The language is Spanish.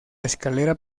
escalera